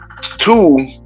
two